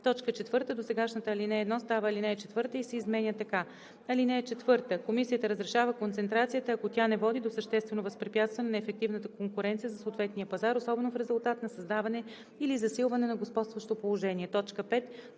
4. Досегашната ал. 1 става ал. 4 и се изменя така: „(4) Комисията разрешава концентрацията, ако тя не води до съществено възпрепятстване на ефективната конкуренция на съответния пазар, особено в резултат на създаване или засилване на господстващо положение.“ 5.